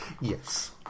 Yes